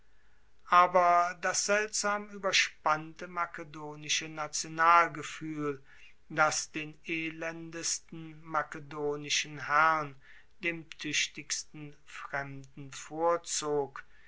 aber das seltsam ueberspannte makedonische nationalgefuehl das den elendesten makedonischen herrn dem tuechtigsten fremden vorzog